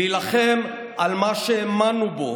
להילחם על מה שהאמנו בו,